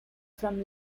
from